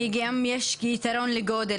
כי יש הרבה פעמים גם יתרון לגודל,